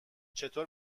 چطور